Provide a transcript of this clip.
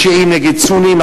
יש שיעים נגד סונים,